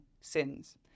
sins